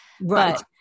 Right